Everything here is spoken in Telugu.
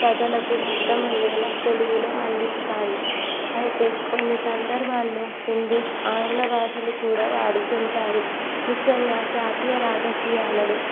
ప్రజలకు అర్థమయ్యేలా తెలుగులో అందిస్తాయి అయితే కొన్ని సందర్భాల్లో హిందీ ఆంగ్ల భాషలు కూడా వాడుతుంటారు ముఖ్యంగా జాతీయ రాజకీయాలలో